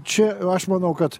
čia aš manau kad